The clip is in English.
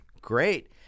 Great